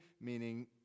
Meaning